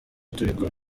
tubikora